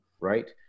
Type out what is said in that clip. right